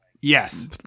Yes